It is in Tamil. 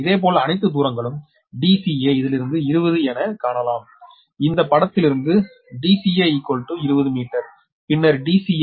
இதேபோல் அனைத்து தூரங்களும் dca இதிலிருந்து 20 என காணலாம் இந்த படத்திலிருந்து dca 20 மீட்டர் பின்னர் dca119